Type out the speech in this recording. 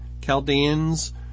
Chaldeans